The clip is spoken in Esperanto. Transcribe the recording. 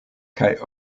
kaj